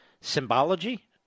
symbology